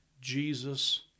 Jesus